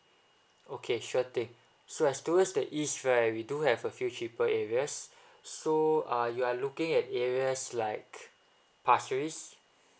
okay sure thing so towards the east right we do have a few cheaper areas so uh you are looking at areas like pasir ris